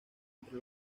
entre